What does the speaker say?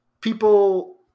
people